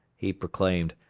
he proclaimed.